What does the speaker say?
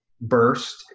burst